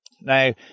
Now